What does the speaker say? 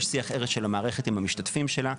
יש שיח ער של המערכת עם המשתתפים שלה,